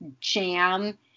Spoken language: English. jam